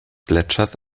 gletschers